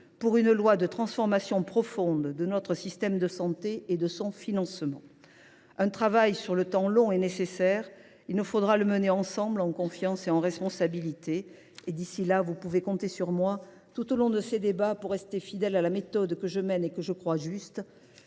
pour une loi de transformation profonde de notre système de santé et de son financement. Un travail sur le temps long est nécessaire. Il nous faudra le mener ensemble, en confiance et en responsabilité. D’ici là, vous pouvez compter sur moi, tout au long de ces débats, pour rester fidèle à la méthode que je mène et que je crois juste